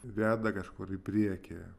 veda kažkur į priekį